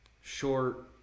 short